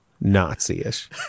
nazi-ish